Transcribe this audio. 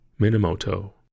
Minamoto